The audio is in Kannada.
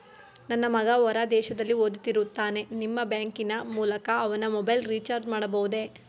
ನನ್ನ ಮಗ ಹೊರ ದೇಶದಲ್ಲಿ ಓದುತ್ತಿರುತ್ತಾನೆ ನಿಮ್ಮ ಬ್ಯಾಂಕಿನ ಮೂಲಕ ಅವನ ಮೊಬೈಲ್ ರಿಚಾರ್ಜ್ ಮಾಡಬಹುದೇ?